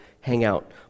hangout